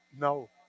No